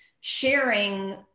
sharing